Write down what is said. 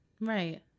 Right